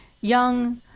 young